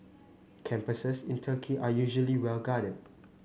campuses in Turkey are usually well guarded